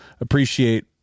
appreciate